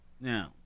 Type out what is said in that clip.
Now